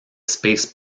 space